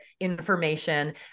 information